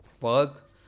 work